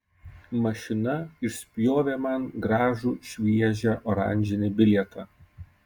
mašina išspjovė man gražų šviežią oranžinį bilietą